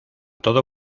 todo